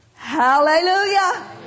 Hallelujah